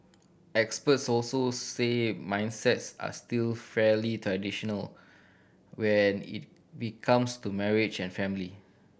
experts also say mindsets are still fairly traditional when it becomes to marriage and family